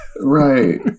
Right